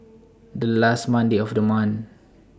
The last Monday of The month